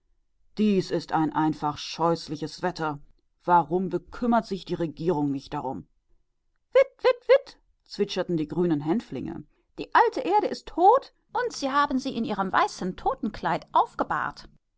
das ist ja ein ganz abscheuliches wetter daß da die regierung nicht einschreitet uiit uiit uiit zwitscherten die grünen hänflinge die alte erde ist tot und sie haben sie in ihrem weißen totenlaken aufgebahrt